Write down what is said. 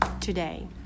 today